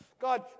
God